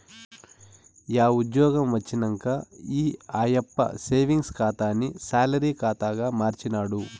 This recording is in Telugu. యా ఉజ్జ్యోగం వచ్చినంక ఈ ఆయప్ప సేవింగ్స్ ఖాతాని సాలరీ కాతాగా మార్చినాడు